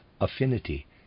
affinity